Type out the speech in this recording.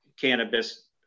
cannabis